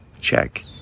check